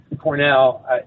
Cornell